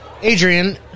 Adrian